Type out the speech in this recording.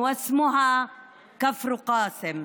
שהבמה שלו הוא כפר ששמו כפר קאסם?